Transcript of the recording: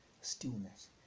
stillness